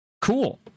Cool